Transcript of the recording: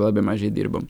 labai mažai dirbam